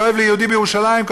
כואב ליהודי בירושלים,